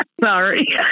Sorry